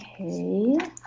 Okay